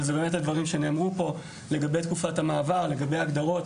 אבל זה באמת הדברים שנאמרו פה לגבי תקופת המעבר וההגדרות.